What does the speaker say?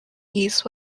east